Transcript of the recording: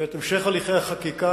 ואת המשך הליכי החקיקה,